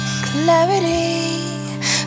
clarity